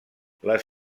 les